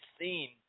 seen